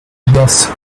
yes